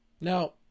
Now